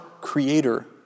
Creator